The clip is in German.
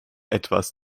etwas